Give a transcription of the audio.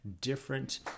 different